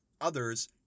Others